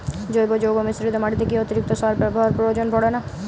জৈব যৌগ মিশ্রিত মাটিতে কি অতিরিক্ত সার ব্যবহারের প্রয়োজন পড়ে না?